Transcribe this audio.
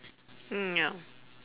mm ya